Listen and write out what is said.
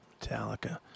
Metallica